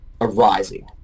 arising